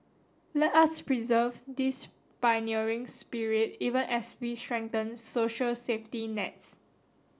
let us preserve this pioneering spirit even as we strengthen social safety nets